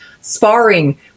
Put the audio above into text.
sparring